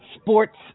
sports